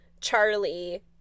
charlie